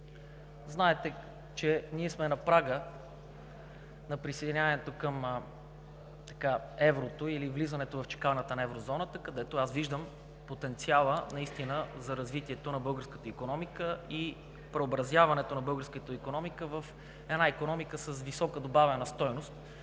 Знаете, че ние сме на прага на присъединяването на еврото или влизането в чакалнята на Еврозоната, където аз виждам потенциала наистина за развитието на българската икономика и преобразяването ѝ в една икономика с висока добавена стойност,